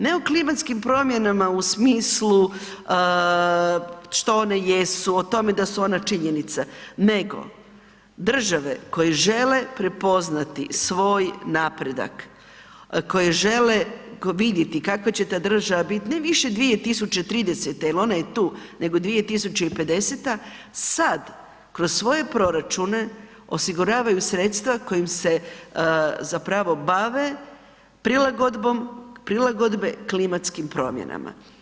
Ne o klimatskim promjenama u smislu što one jesu, o tome da su ona činjenica nego države koje žele prepoznati svoj napredak, koje žele vidjeti kakva će ta država biti, ne više 2030., jer ona je tu nego 2050., sad, kroz svoje proračune, osiguravaju sredstva kojim se zapravo bave prilagodbom prilagodbe klimatskim promjenama.